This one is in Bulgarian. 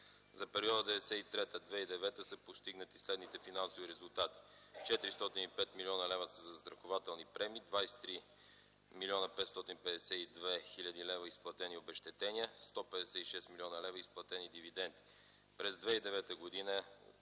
За периода 1993-2009 г. са постигнати следните финансови резултати: 405 млн. лв. са застрахователни премии, 23 млн. 552 хил. лв. изплатени обезщетения, 156 млн. лв. изплатени дивиденти. През 2009 г.